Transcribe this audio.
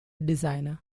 designer